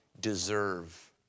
deserve